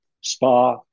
Spa